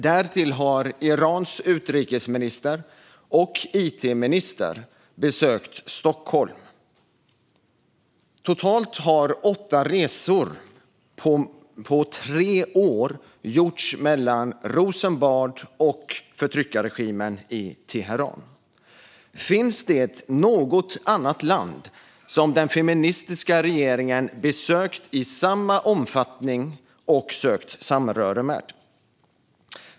Därtill har Irans utrikesminister och it-minister besökt Stockholm. Totalt gjordes åtta resor på tre år mellan Rosenbad och förtryckarregimen i Teheran. Finns det något annat land som den feministiska regeringen har besökt i samma omfattning och sökt samröre med?